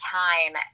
time